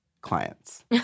clients